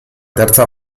terza